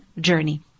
journey